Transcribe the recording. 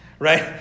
Right